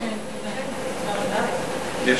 אדוני